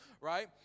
right